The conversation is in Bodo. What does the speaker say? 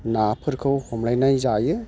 नाफोरखौ हमलायनाय जायो